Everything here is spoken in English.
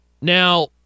Now